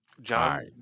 John